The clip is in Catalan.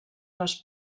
les